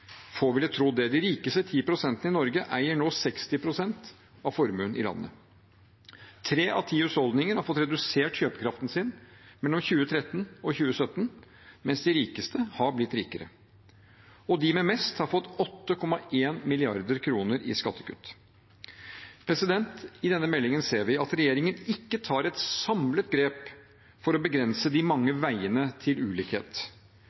Få ville trodd det. De rikeste ti prosentene i Norge eier nå 60 pst. av formuen i landet. Tre av ti husholdninger har fått redusert kjøpekraften sin mellom 2013 og 2017, mens de rikeste har blitt rikere. De med mest har fått 8,1 mrd. kr i skattekutt. I denne meldingen ser vi at regjeringen ikke tar et samlet grep for å begrense de mange veiene til ulikhet.